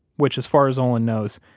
which, as far as olin knows,